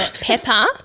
pepper